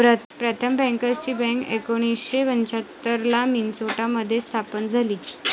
प्रथम बँकर्सची बँक एकोणीसशे पंच्याहत्तर ला मिन्सोटा मध्ये स्थापन झाली